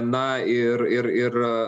na ir ir ir